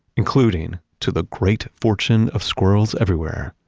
including, to the great fortune of squirrels everywhere,